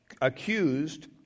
accused